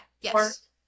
yes